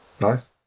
Nice